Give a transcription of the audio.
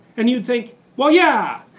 and you think well yeah,